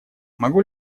могу